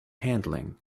handling